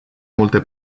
multe